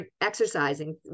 exercising